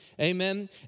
Amen